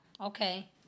Okay